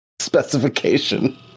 specification